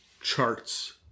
charts